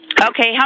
Okay